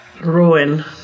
Ruin